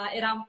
era